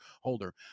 holder